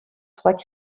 trois